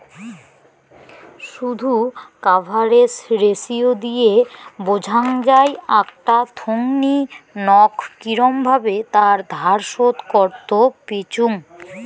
শুধ coverage ratio দিয়ে বোঝাং যাই আকটা থোঙনি নক কিরম ভাবে তার ধার শোধ করত পিচ্চুঙ